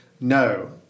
no